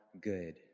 good